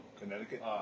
connecticut